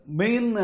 main